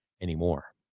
anymore